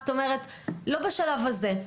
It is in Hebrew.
זאת אומרת לא בשלב הזה.